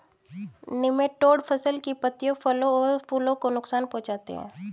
nematode फसल की पत्तियों फलों और फूलों को नुकसान पहुंचाते हैं